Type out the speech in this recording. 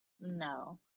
No